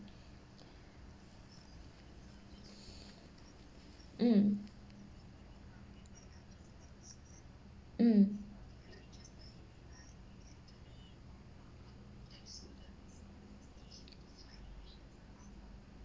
mm mm